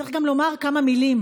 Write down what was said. צריך גם לומר כמה מילים